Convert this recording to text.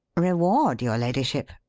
reward, your ladyship?